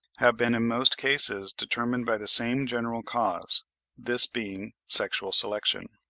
have been in most cases determined by the same general cause this being sexual selection.